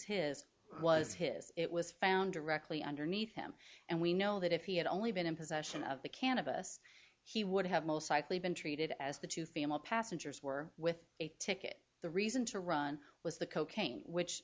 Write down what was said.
his was his it was found directly underneath him and we know that if he had only been in possession of the cannabis he would have most likely been treated as the two family passengers were with a ticket the reason to run was the cocaine which